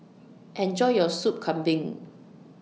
Enjoy your Soup Kambing